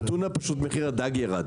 בטונה פשוט מחיר הדג ירד,